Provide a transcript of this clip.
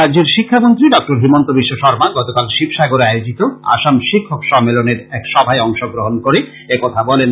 রাজ্যের শিক্ষামন্ত্রী ড হিমন্ত বি শর্মা গতকাল শিবসাগরে আয়োজিত আসাম শিক্ষক সম্মেলনের এক সভায় অংশ গ্রহন করে একথা বলেন